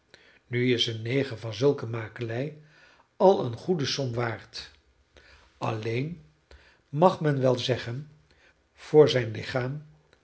nu is een neger van zulke makelij al een goede som waard alleen mag men wel zeggen voor zijn lichaam